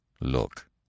Look